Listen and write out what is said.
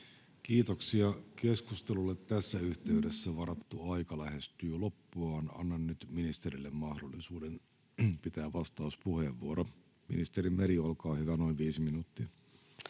Kiitoksia. — Keskustelulle tässä yhteydessä varattu aika lähestyy loppuaan. Annan nyt ministerille mahdollisuuden pitää vastauspuheenvuoro. — Ministeri Meri, olkaa hyvä, noin viisi minuuttia.